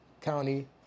County